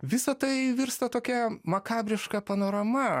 visa tai virsta tokia makabriška panorama